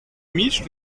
mitch